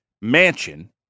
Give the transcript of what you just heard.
mansion